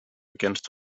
against